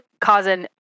causing